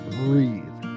breathe